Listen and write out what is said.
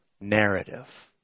narrative